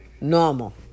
normal